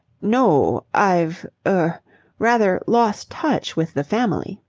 no, i've er rather lost touch with the family.